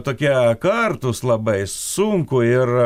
tokie kartūs labai sunku ir